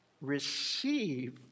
receive